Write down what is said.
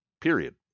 period